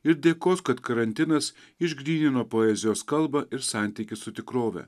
ir dėkos kad karantinas išgrynino poezijos kalbą ir santykį su tikrove